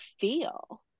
feel